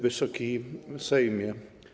Wysoki Sejmie!